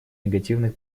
негативных